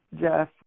Jeff